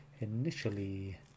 initially